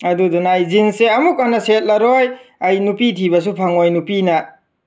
ꯑꯗꯨꯗꯨꯅ ꯑꯩ ꯖꯤꯟꯁꯁꯦ ꯑꯃꯨꯛ ꯍꯟꯅ ꯁꯦꯠꯂꯔꯣꯏ ꯑꯩ ꯅꯨꯄꯤ ꯊꯤꯕꯁꯨ ꯐꯪꯉꯣꯏ ꯅꯨꯄꯤꯅ